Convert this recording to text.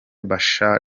bashar